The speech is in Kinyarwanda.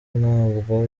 ntabwo